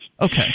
Okay